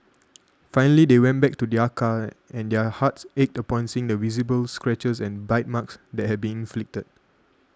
finally they went back to their car and their hearts ached upon seeing the visible scratches and bite marks that had been inflicted